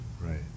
Right